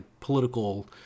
political